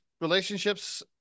relationships